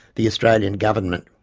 the australian government.